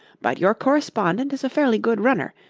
but your correspondent is a fairly good runner,